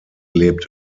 lebt